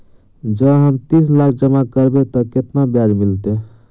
जँ हम तीस लाख जमा करबै तऽ केतना ब्याज मिलतै?